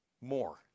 more